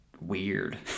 weird